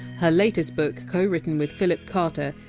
her latest book, co-written with philip carter,